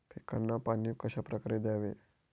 पिकांना पाणी कशाप्रकारे द्यावे?